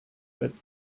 but